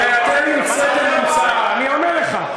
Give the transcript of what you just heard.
הרי אתם המצאתם המצאה, אני עונה לך.